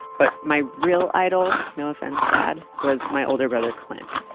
but my real idol, no offense dad, was my older brother clint.